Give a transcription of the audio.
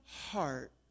heart